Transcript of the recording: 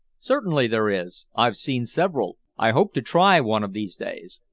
certainly there is. i've seen several. i hope to try one of these days.